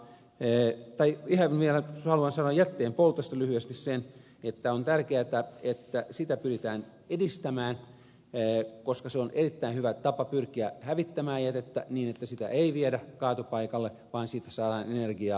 vielä haluan sanoa jätteenpoltosta lyhyesti sen että on tärkeätä että sitä pyritään edistämään koska se on erittäin hyvä tapa pyrkiä hävittämään jätettä niin että sitä ei viedä kaatopaikalle vaan siitä saadaan energiaa